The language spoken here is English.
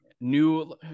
new